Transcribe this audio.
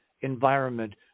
environment